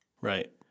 Right